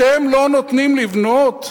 אתם לא נותנים לבנות?